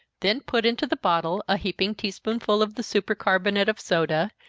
then put into the bottle a heaping tea-spoonful of the super-carbonate of soda,